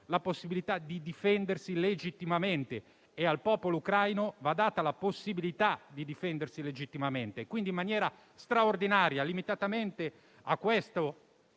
la possibilità di difendersi legittimamente. Al popolo ucraino va data la possibilità di difendersi legittimamente. Quindi, in maniera straordinaria, limitatamente a questo